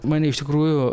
mane iš tikrųjų